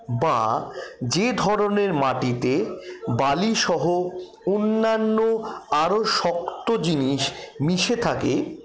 বা যে ধরণের মাটিতে বালিসহ অন্যান্য আরও শক্ত জিনিস মিশে থাকে